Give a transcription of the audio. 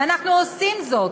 ואנחנו עושים זאת,